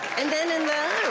and then in the